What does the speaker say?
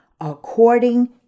According